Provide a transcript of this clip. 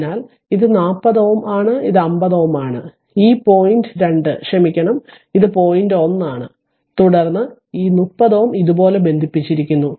അതിനാൽ ഇത് 40 ആണ് ഇത് 50 ആണ് ഈ പോയിന്റ് പോയിന്റ് 2 ആണ് ക്ഷമിക്കണം ഇത് പോയിന്റ് 1 ആണ് തുടർന്ന് ഈ 30 ohm ഇതുപോലെ ബന്ധിപ്പിച്ചിരിക്കുന്നു